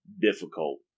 difficult